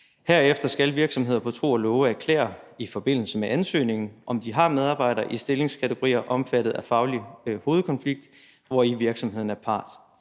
Herefter skal virksomheder i forbindelse med ansøgningen på tro og love erklære, om de har medarbejdere i stillingskategorier omfattet af faglig hovedkonflikt, hvori virksomheden er part.